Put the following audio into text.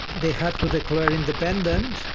they had to declare independence,